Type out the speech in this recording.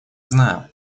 знаю